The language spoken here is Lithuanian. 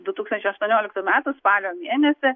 du tūkstančiai aštuonioliktų metų spalio mėnesį